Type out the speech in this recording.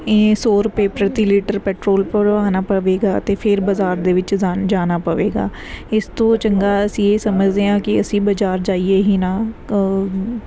ਇਹ ਸੌ ਰੁਪਏ ਪ੍ਰਤੀ ਲੀਟਰ ਪੈਟਰੋਲ ਭਰਵਾਉਣਾ ਪਵੇਗਾ ਅਤੇ ਫਿਰ ਬਾਜ਼ਾਰ ਦੇ ਵਿੱਚ ਜਾ ਜਾਣਾ ਪਵੇਗਾ ਇਸ ਤੋਂ ਚੰਗਾ ਅਸੀਂ ਇਹ ਸਮਝਦੇ ਹਾਂ ਕਿ ਅਸੀਂ ਬਾਜ਼ਾਰ ਜਾਈਏ ਹੀ ਨਾ